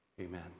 amen